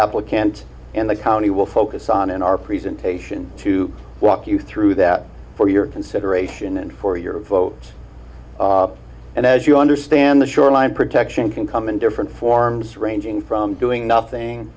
applicant and the county will focus on in our presentation to walk you through that for your consideration and for your vote and as you understand the shoreline protection can come in different forms ranging from doing nothing